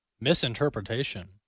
misinterpretation